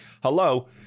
Hello